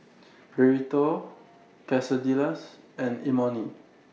Burrito Quesadillas and Imoni